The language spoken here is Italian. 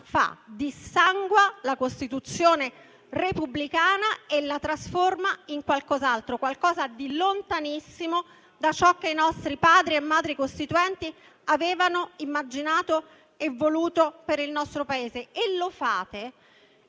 fa: dissangua la Costituzione repubblicana e la trasforma in qualcos'altro, qualcosa di lontanissimo da ciò che i nostri Padri e Madri costituenti avevano immaginato e voluto per il nostro Paese. E lo fate